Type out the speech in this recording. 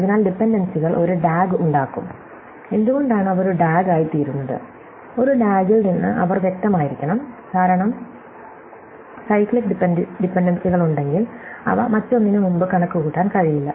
അതിനാൽ ഡിപൻഡൻസികൾ ഒരു ഡാഗ് ഉണ്ടാക്കും എന്തുകൊണ്ടാണ് അവ ഒരു ഡാഗ് ആയിത്തീരുന്നത് ഒരു ഡാഗിൽ നിന്ന് അവർ വ്യക്തമായിരിക്കണം കാരണം സ്യ്ക്ലിക് ഡിപൻഡൻസികളുണ്ടെങ്കിൽ അവ മറ്റൊന്നിനുമുമ്പ് കണക്കുകൂട്ടാൻ കഴിയില്ല